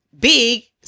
big